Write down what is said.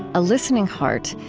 a listening heart,